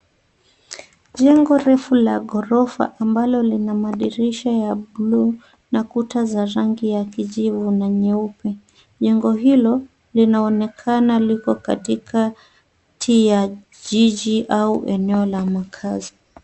Jengo refu la ghorofa ambalo lina madirisha ya bluu na kuta za rangi ya kijivu na nyeupe. Jengo hilo linaonekana liko katikati ya jiji au eneo la makazi.